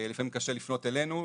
לפעמים קשה לפנות אלינו,